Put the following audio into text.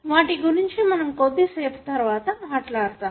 వాటి గురించి మనం కొద్దీ సేపు తరువాత మాట్లాడుతాము